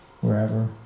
wherever